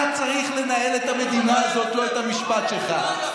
אתה צריך לנהל את המדינה הזאת, לא את המשפט שלך.